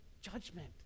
judgment